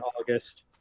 august